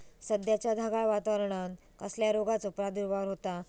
सध्याच्या ढगाळ वातावरणान कसल्या रोगाचो प्रादुर्भाव होता?